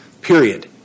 Period